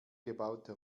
gebaute